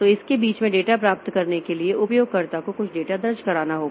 तो इसके बीच में डेटा प्राप्त करने के लिए उपयोगकर्ता को कुछ डेटा दर्ज करना होगा